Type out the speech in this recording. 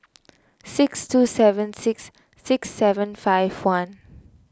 six two seven six six seven five one